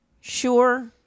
Sure